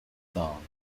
song